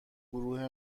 گروه